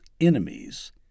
enemies